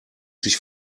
sich